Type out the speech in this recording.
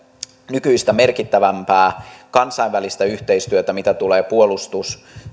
nykyistä merkittävämpää kansainvälistä yhteistyötä mitä tulee